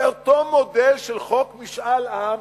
זה אותו מודל של חוק משאל עם,